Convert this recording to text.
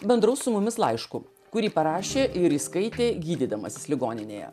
bendraus su mumis laišku kurį parašė ir įskaitė gydydamasis ligoninėje